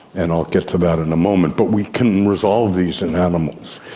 and i'll get to that in a moment. but we can resolve these in animals.